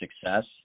success